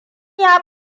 ya